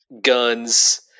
guns